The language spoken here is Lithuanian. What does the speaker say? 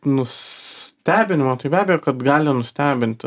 nustebino tai be abejo kad gali nustebinti